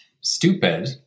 stupid